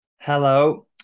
Hello